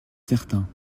certain